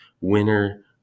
Winner